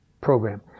program